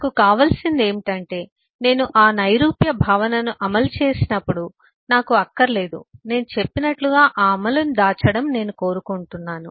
నాకు కావలసింది ఏమిటంటే నేను ఆ నైరూప్య భావనను అమలు చేసినప్పుడు నాకు అక్కరలేదు నేను చెప్పినట్లుగా ఆ అమలును దాచడం నేను కోరుకుంటున్నాను